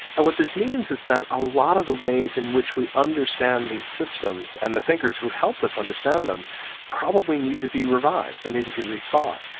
and what this means is that a lot of the ways in which we understand these systems and the thinkers who helped us understand them probably need to be revised and need to be rethought.